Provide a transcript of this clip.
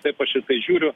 taip aš į tai žiūriu